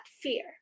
fear